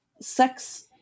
sex